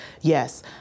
Yes